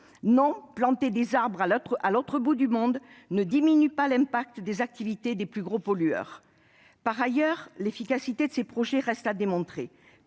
Non, planter des arbres à l'autre bout du monde ne diminue pas l'impact des activités des plus gros pollueurs ! Par ailleurs, l'efficacité de ces projets reste à démontrer.